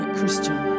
Christian